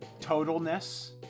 Totalness